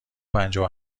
پنجاه